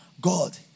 God